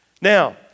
Now